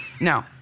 No